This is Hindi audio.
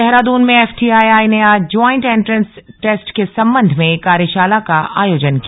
देहरादून में एफटीआईआई ने आज ज्वाइंट एंट्रेंस टेस्ट के संबंध में कार्यशाला का आयोजन किया